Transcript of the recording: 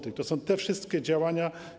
To są te wszystkie działania.